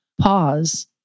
pause